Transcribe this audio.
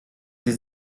sie